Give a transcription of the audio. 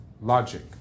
Logic